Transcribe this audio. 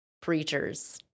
preachers